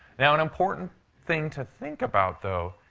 now, an important thing to think about, though,